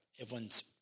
everyone's